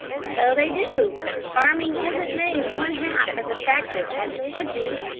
so they do farming isn't made one-half as attractive as it should be,